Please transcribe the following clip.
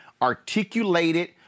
articulated